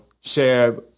share